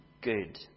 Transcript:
good